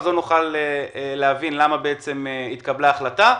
לא נוכל להבין למה בעצם התקבלה ההחלטה.